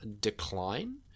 decline